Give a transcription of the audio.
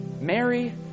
Mary